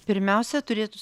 pirmiausia turėtų